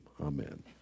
amen